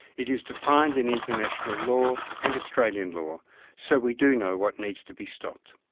it is defined in international law and australian law so we do know what needs to be stopped.